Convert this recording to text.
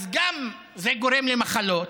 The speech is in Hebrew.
אז זה גורם גם למחלות,